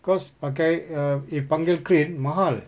cause pakai err if panggil crane mahal